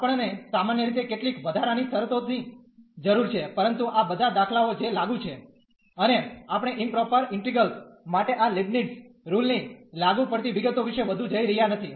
આપણ ને સામાન્ય રીતે કેટલીક વધારાની શરતોની જરૂર છે પરંતુ આ બધા દાખલાઓ જે લાગુ છે અને આપણે ઈમપ્રોપર ઇન્ટિગ્રેલ્સ માટે આ લિબનીટ્ઝ રુલ ની લાગુ પડતી વિગતો વિશે વધુ જઈ રહ્યા નથી